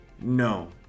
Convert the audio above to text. no